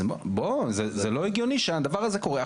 זה לא הגיוני שהדבר הזה קורה.